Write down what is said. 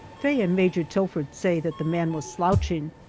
faye and major tilford say that the man was slouching,